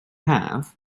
haf